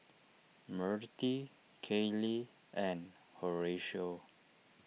Mirtie Kailey and Horatio